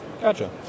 Gotcha